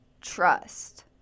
trust